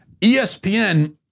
ESPN